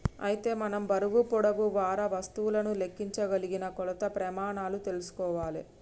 అయితే మనం బరువు పొడవు వారా వస్తువులను లెక్కించగలిగిన కొలత ప్రెమానాలు తెల్సుకోవాలే